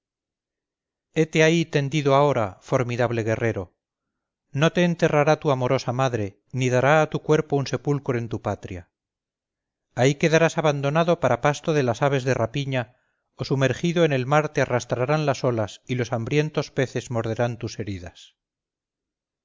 hete ahí tendido ahora formidable guerrero no te enterrará tu amorosa madre ni dará a tu cuerpo un sepulcro en tu patria ahí quedarás abandonado para pasto de las aves de rapiña o sumergido en el mar te arrastrarán las olas y los hambrientos peces morderán tus heridas